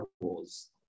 wars